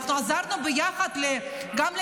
אנחנו גם עזרנו יחד למשפחות.